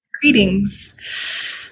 greetings